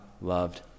loved